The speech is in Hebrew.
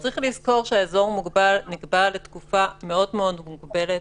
צריך לזכור שהאזור המוגבל נקבע לתקופה מאוד מאוד מוגבלת,